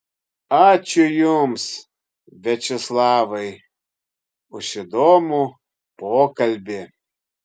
ačiū jums viačeslavai už įdomų pokalbį